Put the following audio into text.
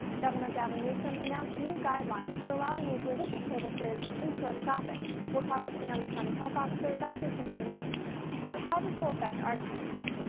governor gavin newsom announced new guidelines for allowing religious services and in store shopping. we'll talk with sonoma county health officer dr. sundari mase about how this will affect our community.